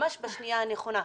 ממש בשנייה הנכונה.